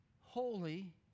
holy